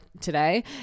today